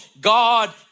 God